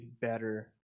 better